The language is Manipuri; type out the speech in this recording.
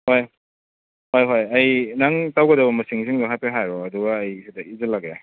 ꯍꯣꯏ ꯍꯣꯏꯍꯣꯏ ꯑꯩ ꯅꯪ ꯇꯧꯒꯗꯕ ꯃꯁꯤꯡꯁꯤꯡꯗꯣ ꯍꯥꯏꯐꯦꯠ ꯍꯥꯏꯔꯛꯑꯣ ꯑꯗꯨꯒ ꯑꯩ ꯁꯤꯗ ꯏꯁꯤꯜꯂꯒꯦ